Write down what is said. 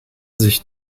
sich